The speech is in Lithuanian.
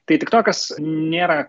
tai tik tokas nėra